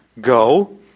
go